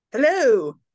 Hello